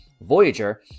voyager